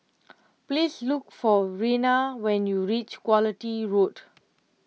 please look for Rena when you reach Quality Road